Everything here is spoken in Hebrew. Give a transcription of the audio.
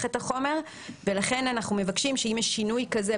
את החומר ולכן אנחנו מבקשים שאם יש שינוי כזה,